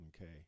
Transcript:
Okay